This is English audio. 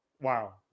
Wow